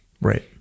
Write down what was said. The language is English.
Right